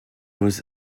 was